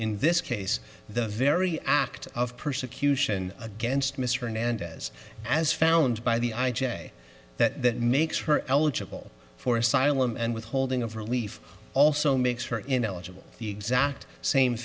in this case the very act of persecution against mr hernandez as found by the i j a that makes her eligible for asylum and withholding of relief also makes her ineligible the exact same